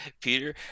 Peter